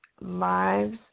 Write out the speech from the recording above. lives